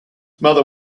mother